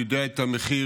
אני יודע את המחיר,